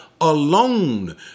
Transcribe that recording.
alone